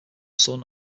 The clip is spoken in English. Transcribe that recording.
son